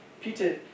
Peter